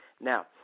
Now